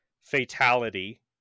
fatality